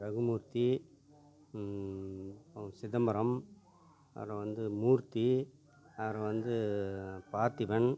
ரகு மூர்த்தி சிதம்பரம் அப்புறோம் வந்து மூர்த்தி அப்புறோம் வந்து பார்த்திபன்